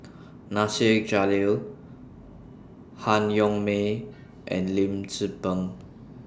Nasir Jalil Han Yong May and Lim Tze Peng